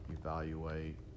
evaluate